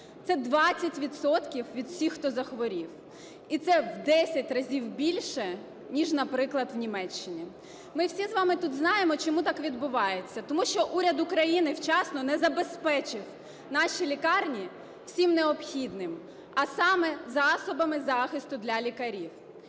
від всіх, хто захворів, і це в 10 разів більше ніж, наприклад, в Німеччині. Ми всі з вами тут знаємо, чому так відбувається. Тому що уряд України вчасно не забезпечив наші лікарні всім необхідним, а саме засобами захисту для лікарів.